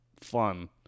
fun